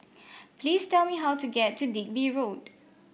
please tell me how to get to Digby Road